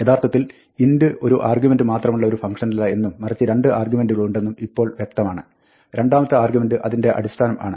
യഥാർത്ഥത്തിൽ int ഒരു argument മാത്രമുള്ള ഒരു ഫംഗ്ഷനല്ല എന്നും മറിച്ച് രണ്ട് ആർഗ്യുമെന്റുകളുണ്ടെന്നും ഇപ്പോൾ വ്യക്തമാകുകയാണ് രണ്ടാമത്തെ ആർഗ്യുമെന്റ് അതിന്റെ അടിസ്ഥാനം ആണ്